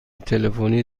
تلفنی